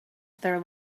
their